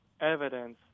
evidence